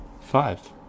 five